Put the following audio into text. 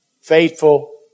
Faithful